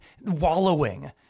wallowing